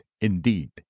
indeed